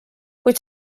kuid